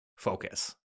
Focus